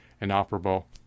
inoperable